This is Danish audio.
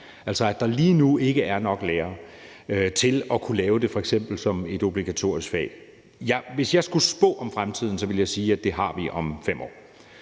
altså at der lige nu ikke er nok lærere til at kunne lave det som f.eks. et obligatorisk fag. Hvis jeg skulle spå om fremtiden, ville jeg sige, at det har vi om 5 år.